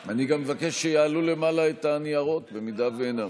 אני גם מבקש שיעלו למעלה את הניירות, אם אין.